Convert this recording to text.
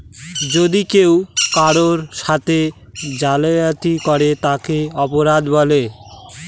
যদি কেউ কারোর সাথে জালিয়াতি করে তাকে অপরাধ বলে